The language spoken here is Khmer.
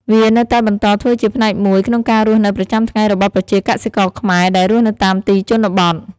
វានៅតែបន្តធ្វើជាផ្នែកមួយក្នុងការរស់នៅប្រចាំថ្ងៃរបស់ប្រជាកសិករខ្មែរដែលរស់នៅតាមទីជនបទ។